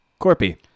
Corpy